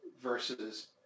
versus